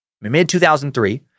mid-2003